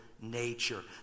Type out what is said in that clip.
nature